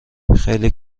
خیلی